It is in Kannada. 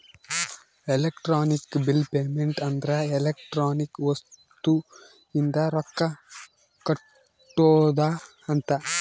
ಎಲೆಕ್ಟ್ರಾನಿಕ್ ಬಿಲ್ ಪೇಮೆಂಟ್ ಅಂದ್ರ ಎಲೆಕ್ಟ್ರಾನಿಕ್ ವಸ್ತು ಇಂದ ರೊಕ್ಕ ಕಟ್ಟೋದ ಅಂತ